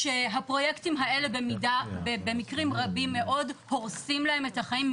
שהפרויקטים האלה במקרים רבים מאוד הורסים להם את החיים.